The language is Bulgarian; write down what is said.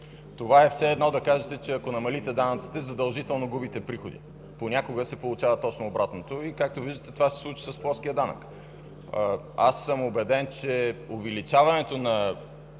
Това е все едно да кажете, че ако намалите данъците, задължително губите приходи. Понякога се получава точно обратното. Както виждате, това се случи с плоския данък. Убеден съм, че увеличаването на